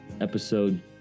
episode